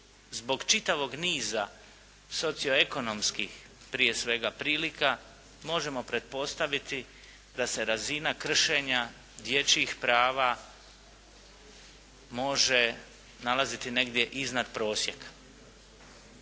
zbog čitavog niza socio-ekonomskih prije svega prilika možemo pretpostaviti da se razina kršenja dječjih prava može nalaziti negdje iznad prosjeka.